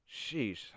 sheesh